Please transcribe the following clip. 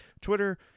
Twitter